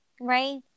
Right